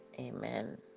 amen